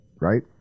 right